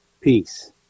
peace